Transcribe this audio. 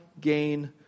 gain